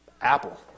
Apple